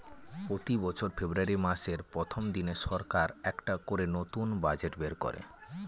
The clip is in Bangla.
প্রতি বছর ফেব্রুয়ারী মাসের প্রথম দিনে সরকার একটা করে নতুন বাজেট বের করে